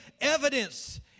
evidence